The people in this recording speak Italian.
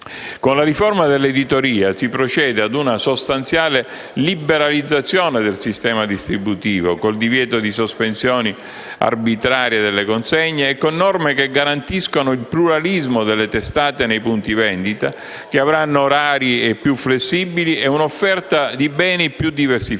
Con la riforma dell'editoria si procede ad una sostanziale liberalizzazione del sistema distributivo, con il divieto di sospensioni arbitrarie delle consegne e con norme che garantiscono il pluralismo delle testate nei punti vendita, che avranno orari più flessibili e un'offerta di beni più diversificata.